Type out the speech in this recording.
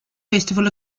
festival